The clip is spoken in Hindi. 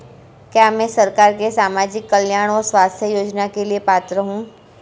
क्या मैं सरकार के सामाजिक कल्याण और स्वास्थ्य योजना के लिए पात्र हूं?